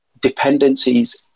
dependencies